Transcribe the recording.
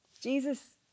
Jesus